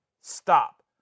Stop